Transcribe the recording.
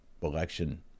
election